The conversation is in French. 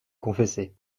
confesser